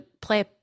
play